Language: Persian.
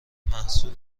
محصول